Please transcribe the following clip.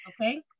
okay